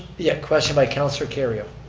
yeah, question by councilor kerrio.